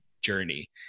journey